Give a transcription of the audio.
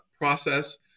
process